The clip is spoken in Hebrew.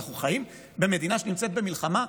אנחנו חיים במדינה שנמצאת במלחמה?